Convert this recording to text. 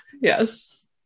Yes